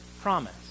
promise